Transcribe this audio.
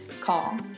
call